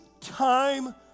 time